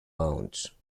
launch